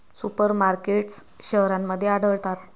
super markets शहरांमध्ये आढळतात